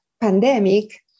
pandemic